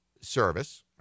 service